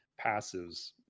passives